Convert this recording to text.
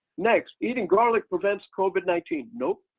next eating garlic prevents covid nineteen. nope,